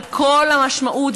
על כל המשמעות,